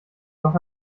doch